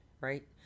right